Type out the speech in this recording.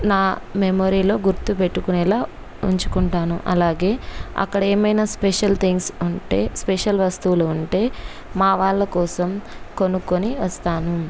నా మెమోరీలో గుర్తు పెెట్టుకునేలా ఉంచుకుంటాను అలాగే అక్కడ ఏమైనా స్పెషల్ థింగ్స్ ఉంటే స్పెషల్ వస్తువులు ఉంటే మా వాళ్ళ కోసం కొనుక్కొని వస్తాను